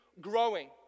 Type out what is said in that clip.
growing